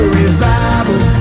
revival